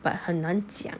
but 很难讲